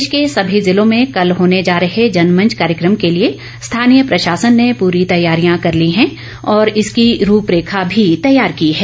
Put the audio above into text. प्रदेश के सभी ज़िलों में कल होने जा रहे जनमंच कार्यकम के लिए स्थानीय प्रशासन ने पूरी तैयारियां कर ली है और इसकी रूपरेखा भी तैयार की है